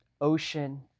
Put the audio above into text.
ocean